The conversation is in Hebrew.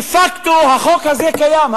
היום, דה-פקטו בשטח, החוק הזה קיים.